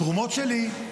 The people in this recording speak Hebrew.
תרומות שלי,